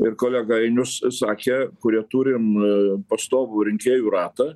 ir kolega ainius sakė kurie turim pastovų rinkėjų ratą